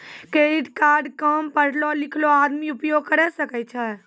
Credit card काम पढलो लिखलो आदमी उपयोग करे सकय छै?